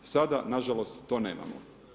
Sada nažalost to nemamo.